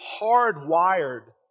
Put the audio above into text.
hardwired